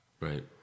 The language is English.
right